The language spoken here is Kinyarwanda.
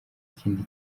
ikindi